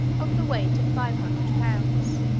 of the weight of five hundred pounds,